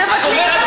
תבטלי את החוק.